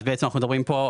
אנחנו מדברים כאן,